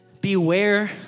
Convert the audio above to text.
beware